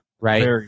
Right